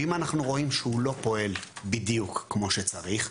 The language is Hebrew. ואם אנחנו רואים שהוא לא פועל בדיוק כמו שצריך,